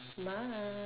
must